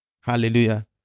Hallelujah